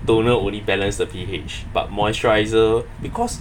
toner only balanced the P_H but moisturiser because